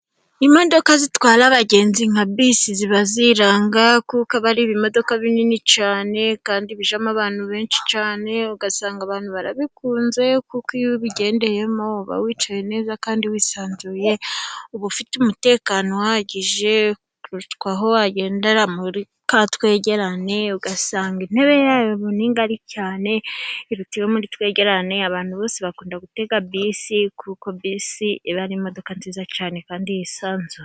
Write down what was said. Imodoka zitwara abagenzi nka bisi ziba ziranga, kuko aba biba ari ibimodoka binini cyane, kandi bijyamo abantu benshi cyane. Ugasanga abantu barabikunze, kuko iyo ubigendeyemo uba wicaye neza kandi wisanzuye, uba ufite umutekano uhagije kurusha aho wagendera muri ka twegerane. Ugasanga intebe yayo ni ngari cyane, iruta iyo muri twegerane. Abantu bose bakunda gutega bisi, kuko bisi iba ari imodoka nziza cyane kandi yisanzuye.